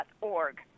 org